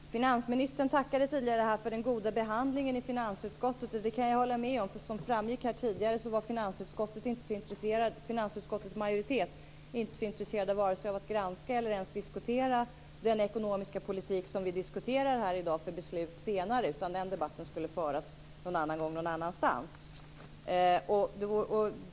Herr talman! Finansministern tackade tidigare för den goda behandlingen i finansutskottet. Det kan jag förstå. Som framgick tidigare var finansutskottets majoritet inte så intresserad av att vare sig granska eller ens diskutera den ekonomiska politik som vi diskuterar här i dag för beslut senare. Den debatten skulle föras någon annan gång någon annanstans.